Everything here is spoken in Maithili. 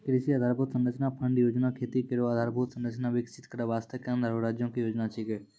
कृषि आधारभूत संरचना फंड योजना खेती केरो आधारभूत संरचना विकसित करै वास्ते केंद्र आरु राज्यो क योजना छिकै